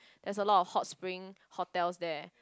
there's is a lot of hot spring hotels there